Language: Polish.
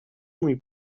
mój